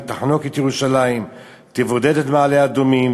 היא תחנוק את ירושלים ותבודד את מעלה-אדומים